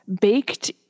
baked